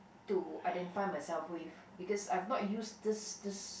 to identify myself with because I have not used this this